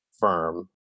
firm